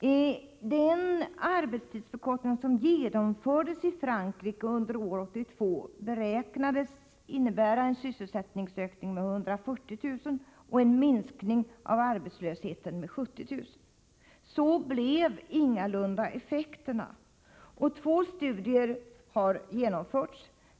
Det beräknades att den arbetstidsförkortning som genomfördes i Frankrike under år 1982 skulle komma att innebära en sysselsättningsökning med 140 000 och en minskning av arbetslösheten med 70 000. Så blev ingalunda effekterna. Två studier har genomförts.